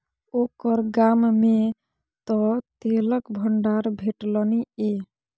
ओकर गाममे तँ तेलक भंडार भेटलनि ये